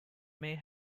may